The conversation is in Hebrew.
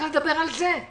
יש